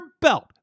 belt